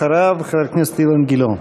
אחריו, חבר הכנסת אילן גילאון.